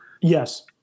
Yes